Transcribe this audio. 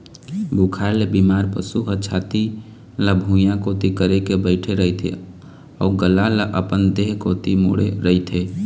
बुखार ले बेमार पशु ह छाती ल भुइंया कोती करके बइठे रहिथे अउ गला ल अपन देह कोती मोड़े रहिथे